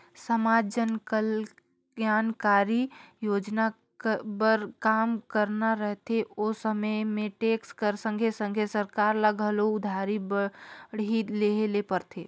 समाज जनकलयानकारी सोजना बर काम करना रहथे ओ समे में टेक्स कर संघे संघे सरकार ल घलो उधारी बाड़ही लेहे ले परथे